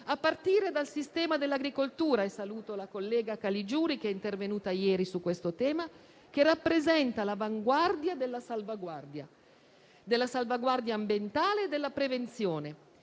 a partire dal sistema dell'agricoltura - e saluto la collega Caligiuri che è intervenuta ieri su questo tema - che rappresenta l'avanguardia della salvaguardia ambientale e della prevenzione,